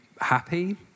happy